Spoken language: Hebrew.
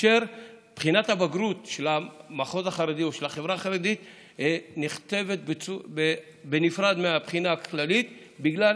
בחינת הבגרות של החברה החרדית נכתבת בנפרד מהבחינה הכללית בגלל